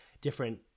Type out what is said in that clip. different